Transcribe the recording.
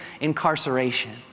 incarceration